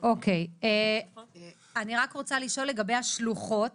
אני רק רוצה לשאול לגבי השלוחות